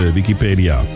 Wikipedia